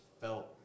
felt